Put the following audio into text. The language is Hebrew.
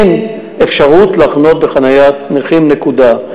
אין אפשרות לחנות בחניית נכים, נקודה.